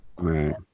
Right